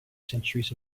centuries